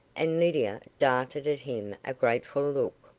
and lydia darted at him a grateful look,